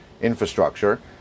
infrastructure